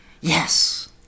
Yes